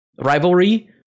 rivalry